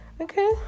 okay